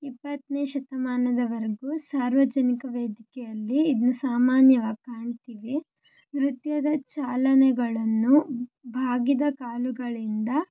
ಇಪ್ಪತ್ತನೇ ಶತಮಾನದವರೆಗೂ ಸಾರ್ವಜನಿಕ ವೇದಿಕೆಯಲ್ಲಿ ಇದ್ನ ಸಾಮಾನ್ಯವಾಗಿ ಕಾಣ್ತೀವಿ ನೃತ್ಯದ ಚಾಲನೆಗಳನ್ನು ಬಾಗಿದ ಕಾಲುಗಳಿಂದ